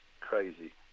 Crazy